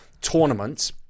tournament